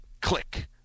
click